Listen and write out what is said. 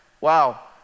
Wow